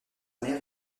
mère